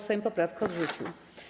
Sejm poprawkę odrzucił.